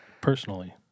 Personally